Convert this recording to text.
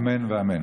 אמן ואמן.